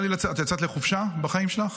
את יצאת לחופשה בחיים שלך?